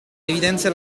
evidenzia